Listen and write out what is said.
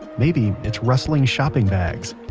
maybe it's rustling shopping bags?